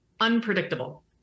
unpredictable